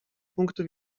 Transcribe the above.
punktu